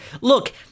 look